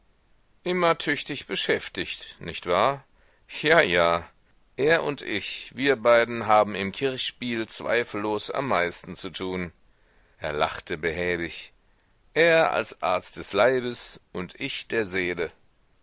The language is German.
immer tüchtig beschäftigt nicht wahr ja ja er und ich wir beiden haben im kirchspiel zweifellos am meisten zu tun er lachte behäbig er als arzt des leibes und ich der seele